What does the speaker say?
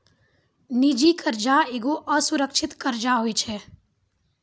निजी कर्जा एगो असुरक्षित कर्जा होय छै